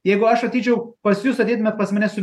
jeigu aš ateičiau pas jūs ateitumėt pas mane su